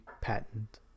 patent